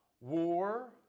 war